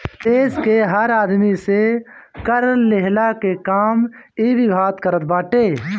देस के हर आदमी से कर लेहला के काम इ विभाग करत बाटे